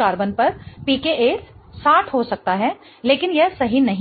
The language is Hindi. कार्बन पर pKa 60 हो सकता है लेकिन यह सही नहीं है